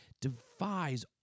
defies